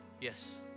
yes